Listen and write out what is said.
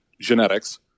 genetics